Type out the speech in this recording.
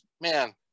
man